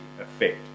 effect